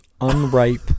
unripe